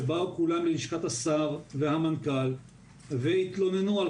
שבאו כולם ללשכת השר והמנכ"ל והתלוננו על